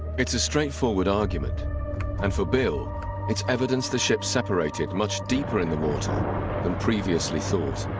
it's a straightforward argument and for bill it's evidence the ship separated much deeper in the water and previously thought